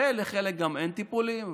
לחלק גם אין טיפולים,